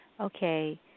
okay